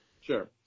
Sure